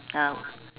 ah